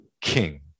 king